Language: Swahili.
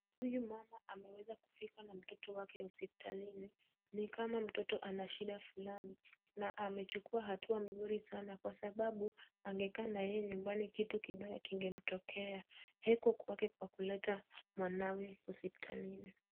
Huyu mama ameweza kufika na mtoto wake hospitalini. Ni kama mtoto ana shida fulani na amechukua hatua mzuri sana kwa sababu angekaa na yeye nyumbani kitu kibaya kingemtokea. Kwake kwa kuleta mwanawe hospitalini.